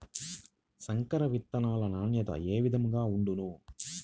సంకర విత్తనాల నాణ్యత ఏ విధముగా ఉండును?